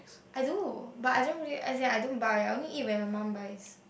I don't do but I really as in I don't buy only eat when my mum buys